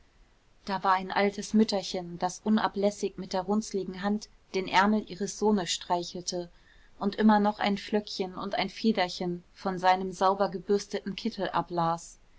da war ein altes mütterchen das unablässig mit der runzligen hand den ärmel ihres sohnes streichelte und immer noch ein flöckchen und ein federchen von seinem sauber gebürsteten kittel ablas